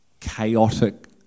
chaotic